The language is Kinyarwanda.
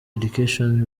education